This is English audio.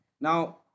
Now